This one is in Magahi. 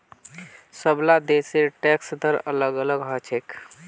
सबला देशेर टैक्स दर अलग अलग ह छेक